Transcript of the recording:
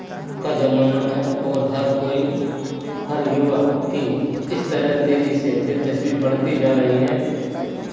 का ज़माना है और हर कोई हर युवा की इस तरफ़ तेज़ी से दिलचस्पी बढ़ती जा रही है